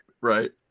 right